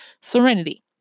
serenity